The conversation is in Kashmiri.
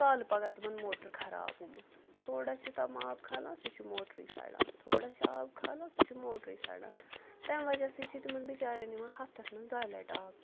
کالہٕ پَگاہ تِمَن موٹَر خراب گوٚمُت تھوڑا چھِ تِم آب کھالان سُہ چھُ موٹرٕے سَڑان تھوڑا چھِ آب کھالان سُہ چھُ موٹرٕے سَڑان تمہِ وجہ سۭتۍ چھِ تِمَن بِچارٮ۪ن یِوان ہَفتَس منٛز دۄیہِ لَٹہِ آب